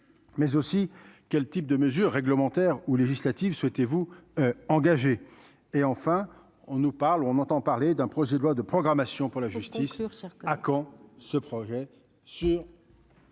mais aussi quel type de mesures réglementaires ou législatives souhaitez vous engager et enfin, on nous parle ou on entend parler d'un projet de loi de programmation. Sinon, pour la justice à Caen ce projet sur.